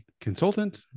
consultant